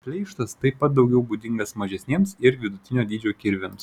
pleištas taip pat daugiau būdingas mažesniems ir vidutinio dydžio kirviams